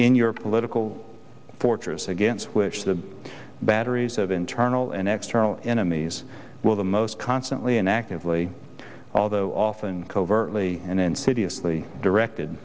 in your political fortress against which the batteries of internal and external enemies will the most constantly and actively although often covertly and insidiously directed